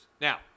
Now